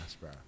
bro